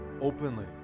openly